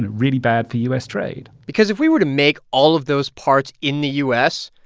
really bad for u s. trade because if we were to make all of those parts in the u s,